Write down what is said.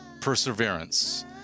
perseverance